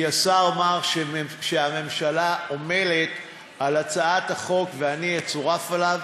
כי השר אמר שהממשלה עומלת על הצעת החוק ואני אצורף אליה,